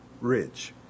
rich